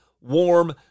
warm